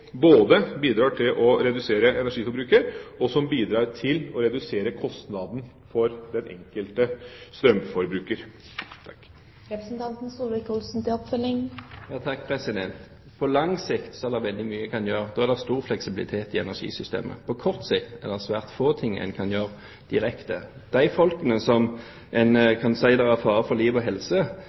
bidrar til å redusere både energiforbruket og kostnaden for den enkelte strømforbruker. På lang sikt er det veldig mye en kan gjøre, da er det stor fleksibilitet i energisystemet. På kort sikt er det svært få ting en kan gjøre direkte. De menneskene som en kan si det er fare for liv og helse